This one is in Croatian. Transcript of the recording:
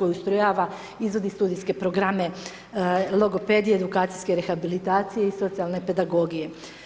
ustrojava i izvodi studijske programe, logopedije, edukacijske rehabilitacije i socijalne pedagogije.